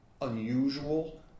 unusual